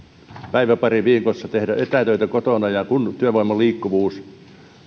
päivä pari viikossa tehdä etätöitä kotona ja kun työvoiman liikkuvuus